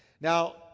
now